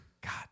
God